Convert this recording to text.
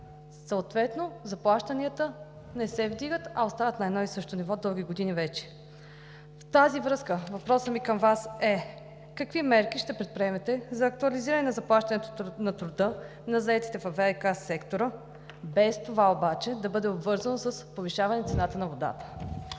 съответно заплащанията не се вдигат, а остават на едно и също ниво дълги години вече. В тази връзка въпросът ми към Вас е: какви мерки ще предприемете за актуализиране заплащането на труда на заетите във ВиК сектора, без това обаче да бъде обвързано с повишаване цената на водата?